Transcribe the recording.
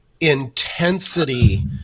intensity